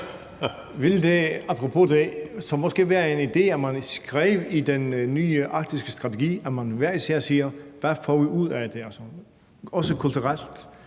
apropos det så måske være en idé, at man skrev i den nye arktiske strategi, hvad man hver især får ud af det, også kulturelt